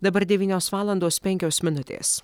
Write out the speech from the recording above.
dabar devynios valandos penkios minutės